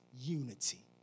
unity